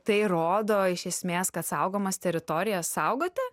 tai rodo iš esmės kad saugomas teritorijas saugoti